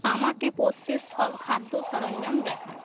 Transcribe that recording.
আমাকে পোষ্যের সব খাদ্য সরঞ্জাম দেখান